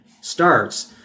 starts